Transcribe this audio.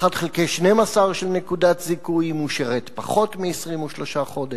1 חלקי 12 של נקודת זיכוי אם הוא שירת פחות מ-23 חודש